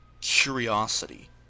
curiosity